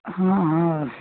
हाँ हाँ